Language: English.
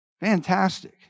Fantastic